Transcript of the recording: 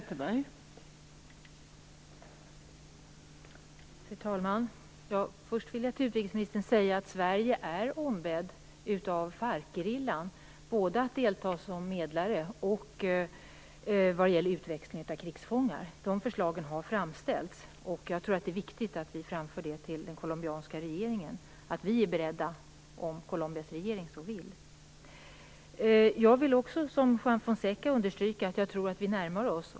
Fru talman! Först vill jag till utrikesministern säga att Sverige är ombett av Farc-gerillan att delta både som medlare och vad gäller utväxling av krigsfångar. Dessa förslag har framställts, och jag tror att det är viktigt att vi framför till den colombianska regeringen att vi är beredda om Colombias regering så vill. Jag vill också, liksom Juan Fonseca, understryka att jag tror att vi närmar oss varandra.